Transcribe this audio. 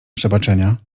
przebaczenia